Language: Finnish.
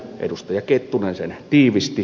edustaja kettunen sen tiivisti